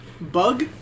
Bug